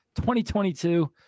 2022